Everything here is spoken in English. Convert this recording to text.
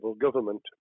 government